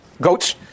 goats